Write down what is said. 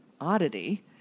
oddity